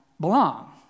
belong